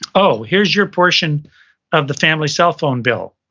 oh, here's your portion of the family cellphone bill.